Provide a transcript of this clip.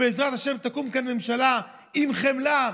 בעזרת ה' תקום כאן ממשלה עם חמלה,